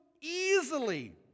easily